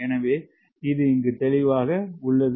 எனவே இது தெளிவாக உள்ளது